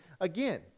again